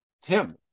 Tim